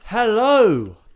Hello